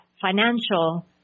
financial